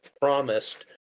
promised